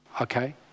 Okay